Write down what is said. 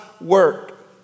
work